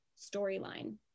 storyline